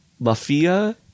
Mafia